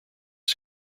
his